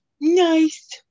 nice